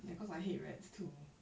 ya cause I hate rats too